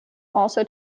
also